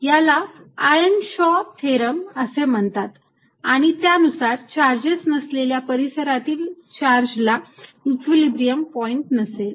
याला Earnshaw theorem Earnshaw's theoremअसे म्हणतात त्यानुसार चार्जेस नसलेल्या परिसरातील चार्जला इक्विलिब्रियम पॉईंट नसेल